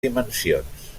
dimensions